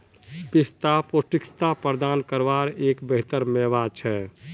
पिस्ता पौष्टिकता प्रदान कारवार एक बेहतर मेवा छे